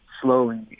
slowly